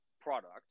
product